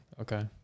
Okay